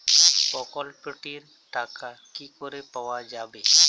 প্রকল্পটি র টাকা কি করে পাওয়া যাবে?